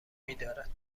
میدارد